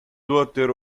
daughter